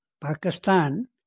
Pakistan